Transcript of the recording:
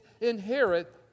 inherit